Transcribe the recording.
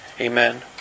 Amen